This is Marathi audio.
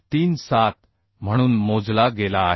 37 म्हणून मोजला गेला आहे